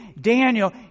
Daniel